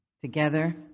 together